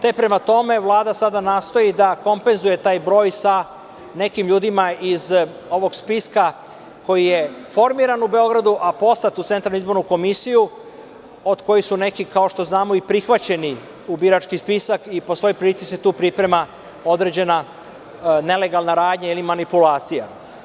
Te, prema tome, Vlada sada nastoji da kompenzuje taj broj sa nekim ljudima iz ovog spiska koji je formiran u Beogradu, a poslat u Centralnu izbornu komisiju, od kojih su neki, kao što znamo, prihvaćeni u birački spisak i po svoj prilici se tu priprema određena nelegalna radnja ili manipulacija.